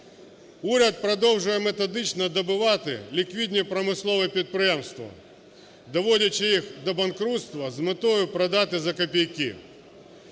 Уряд продовжує методично добивати ліквідні промислові підприємства, доводячи їх до банкрутства з метою продати за копійки.